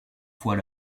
fois